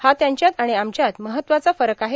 हा त्यांच्यात आर्ाण आमच्यात महत्त्वाचा फरक आहे